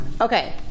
Okay